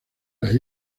las